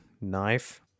knife